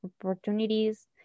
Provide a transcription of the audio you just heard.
opportunities